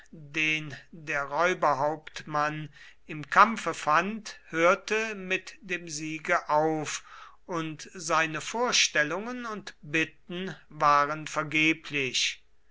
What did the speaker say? den der räuberhauptmann im kampfe fand hörte mit dem siege auf und seine vorstellungen und bitten waren vergeblich